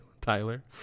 tyler